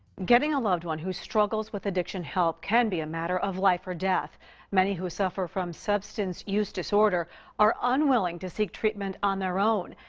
getting a loved one who struggles with addiction help can be a matter of life or death many who suffer from substance abuse disorder are unwilling to seek treatment on their own.